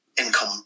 income